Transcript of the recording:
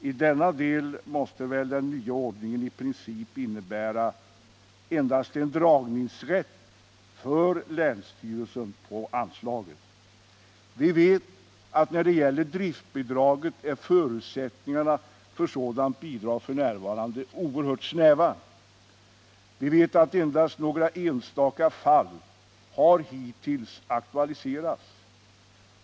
I denna del måste väl den nya ordningen i princip innebära endast en dragningsrätt för länsstyrelsen på anslaget. Vi vet att när det gäller driftbidraget är förutsättringarna för sådant bidrag f. n. oerhört snäva. Vi vet att endast några enstaka fall hittills har aktualiserats.